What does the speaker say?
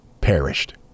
perished